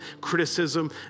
criticism